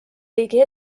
riigi